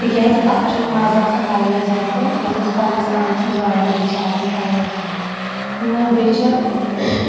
تِکیٛازِ تَتھ چھُ مَزٕ آسان واریاہ زیادٕ یَتھ أسۍ پنٛنِس آنٛگنَس منٛز وارِ منٛز چھِ آسان پالک بیٚیہِ چھِ